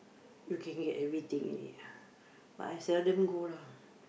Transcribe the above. you can get everything already but I seldom go lah